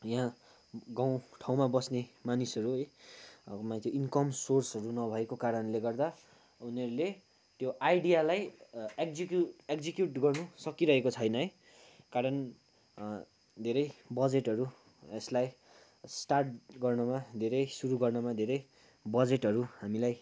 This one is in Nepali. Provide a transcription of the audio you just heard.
यहाँ गाउँ ठाउँमा बस्ने मानिसहरू है अब इन्कम सोर्सहरू नभएको कारणले गर्दा उनीहरूले त्यो आइडियालाई एक्जिक्युट एक्जिक्युट गर्नु सकिरहेको छैन है कारण धेरै बजेटहरू यसलाई स्टार्ट गर्नुमा धेरै सुरु गर्नुमा धेरै बजेटहरू हामीलाई